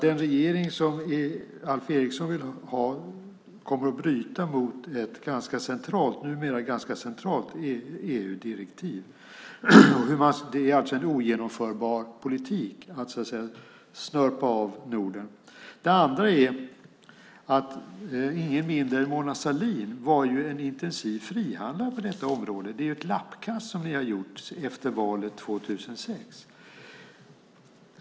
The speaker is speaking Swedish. Den regering som Alf Eriksson vill ha kommer att bryta mot ett numera ganska centralt EU-direktiv. Det är alltså en ogenomförbar politik att snörpa av Norden. För det andra var ingen annan än Mona Sahlin en intensiv frihandlare på detta område. Ni har gjort ett lappkast efter valet 2006.